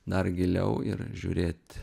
dar giliau ir žiūrėt